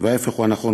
ההפך הוא הנכון,